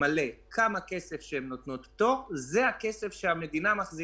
כל חבר כנסת יכול להיות מוזמן לכל דיון כרגיל,